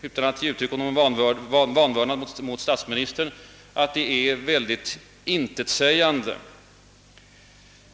Utan att ge uttryck åt någon vanvördnad mot statsministern tycker jag att svaret är mycket intetsägande.